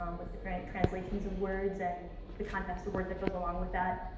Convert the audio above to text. um with different translations of words, and the context of words that goes along with that.